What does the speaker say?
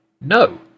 no